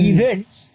Events